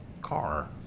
car